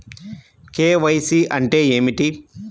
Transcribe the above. KYC అంటే ఏమిటి?